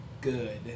good